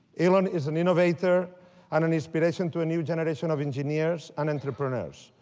elon is an innovator and an inspiration to a new generation of engineers and entrepreneurs.